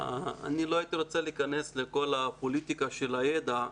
אני לא הייתי רוצה להיכנס לכל הפוליטיקה של הידע,